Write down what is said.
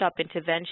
intervention